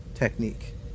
technique